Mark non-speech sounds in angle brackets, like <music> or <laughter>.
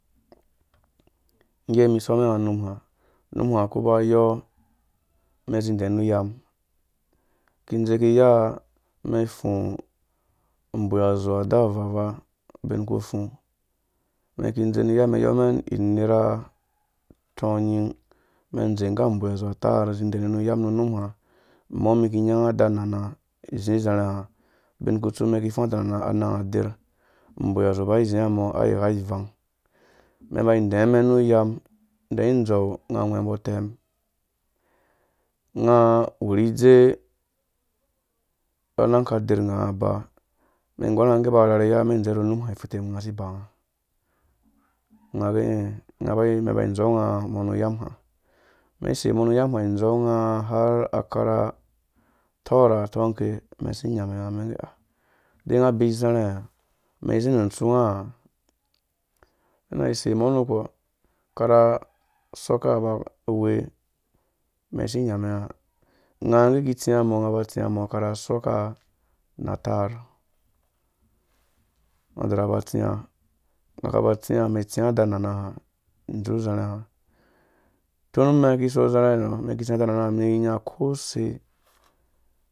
Ngge ni some nga numa numa kuba yɔ, mɛ zi da nu yam ki dzeki ya mɛnfu mɛn ki dze mɛn nyamɛn inerha tɔi men ze ngu ambui azo bai ziya mo ai gha ivang. mɛn ba demen ni yam nimen dzɔ ngwembo tɛm nga wurhi dze na nan aka derh aba mɛn gorh nga gɛ ba rha ni ya numɛn dze nu numa ifitem nga si banga nga gɛ <hesitation> nga gɛ mɛn ba dzɔu nga mo ni yam ha mɛn sei akarha torrha atonke mɛn si nyamɛ nga men gɛ ah uzere man zi nu. stu nga? Mɛn na sei mɔ nukɔ akarha sɔkka ba weh mɛn si nyamen nga nga ngu ki tsiwa mɔ nga ba tsiya mɔ akrha sokka na tarrh, nga dorrha ba tsia nga ka ba tsia mɛn tsi ada nana ha ndzur zerha tun mɛn ki so zerha mɛ mɛki so zɛrha mi nya ko se